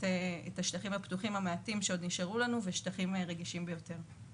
השטחים הפתוחים המעטים שעוד נשארו לנו ושטחים רגישים יותר.